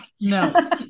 No